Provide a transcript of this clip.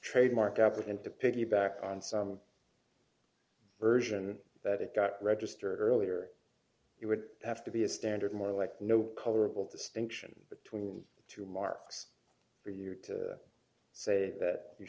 trademark apple in to piggyback on some version that it got registered earlier it would have to be a standard more like no colorable distinction between the two marks for you to say that you